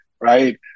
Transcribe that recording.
Right